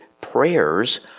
Prayers